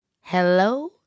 Hello